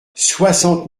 soixante